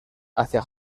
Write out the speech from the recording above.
hacia